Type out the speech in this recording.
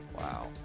Wow